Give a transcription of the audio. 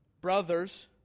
Brothers